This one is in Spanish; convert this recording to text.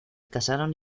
casaron